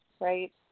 right